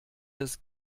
des